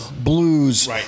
blues